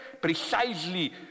precisely